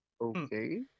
Okay